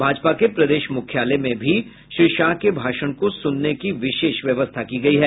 भाजपा के प्रदेश मुख्यालय में भी श्री शाह के भाषण को सुनने की विशेष व्यवस्था की गयी है